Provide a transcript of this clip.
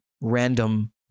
random